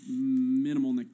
minimal